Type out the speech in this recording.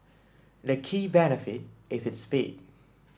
the key benefit is its speed